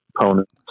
opponents